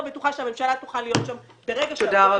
בטוחה שהממשלה תוכל להיות שם ברגע הצורך.